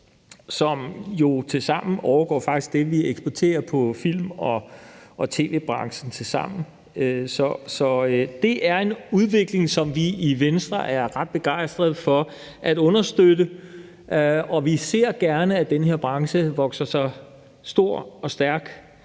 som jo tilsammen faktisk overgår det, vi eksporterer for i film- og tv-branchen til sammen. Så det er en udvikling, som vi i Venstre er ret begejstret for at understøtte, og vi ser gerne, at den her branche vokser sig stor og stærk